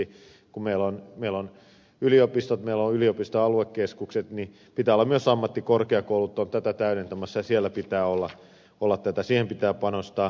kun meillä on yliopistot meillä on yliopistojen aluekeskukset niin pitää olla myös ammattikorkeakoulut tätä täydentämässä ja siihen pitää panostaa